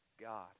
God